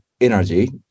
energy